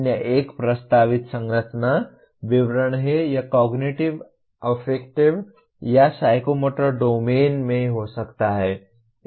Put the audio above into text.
अन्य एक प्रस्तावित संरचना विवरण है यह कॉग्निटिव अफेक्टिव या साइकोमोटर डोमेन में हो सकता है